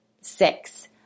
Six